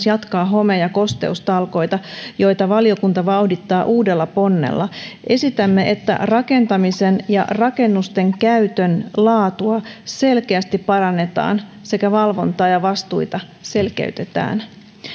jatkaa home ja kosteustalkoita joita valiokunta vauhdittaa uudella ponnella esitämme että rakentamisen ja rakennusten käytön laatua selkeästi parannetaan sekä valvontaa ja vastuita selkeytetään